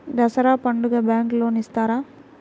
దసరా పండుగ bank loan ఇస్తారా?